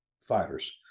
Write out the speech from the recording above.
fighters